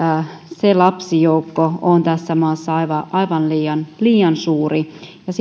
se lapsijoukko on tässä maassa aivan aivan liian liian suuri ja